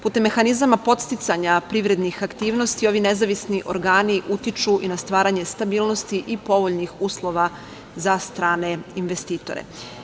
Putem mehanizama podsticaja privrednih aktivnosti ovi nezavisni organi utiču i na stvaranje stabilnosti i povoljnih uslova za strane investitore.